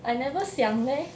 I never 想 leh